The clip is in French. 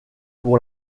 pour